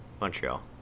Montreal